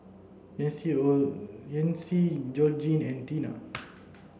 Yancy Yancy Georgene and Teena